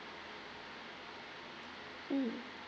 mm